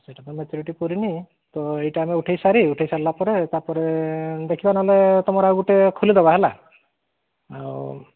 ସେଇଟା ତ ମ୍ୟାଚୁରିଟି ପୁରିନି ତ ଏଇଟା ଆମେ ଉଠାଇ ସାରି ଉଠାଇ ସାରିଲା ପରେ ତା'ପରେ ଦେଖିବା ନ ହେଲେ ତମର ଆଉ ଗୋଟିଏ ଖୋଲିଦେବା ହେଲା ଆଉ